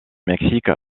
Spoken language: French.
mexique